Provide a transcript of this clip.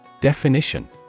Definition